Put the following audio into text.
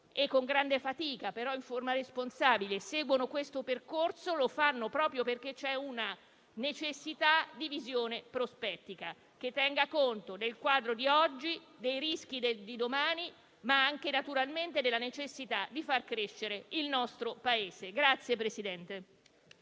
con grande fatica ma in forma responsabile seguono questo percorso, lo fanno proprio perché c'è una necessità di visione prospettica che tenga conto del quadro di oggi, dei rischi di domani, ma anche della necessità di far crescere il nostro Paese.